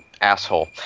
asshole